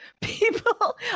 people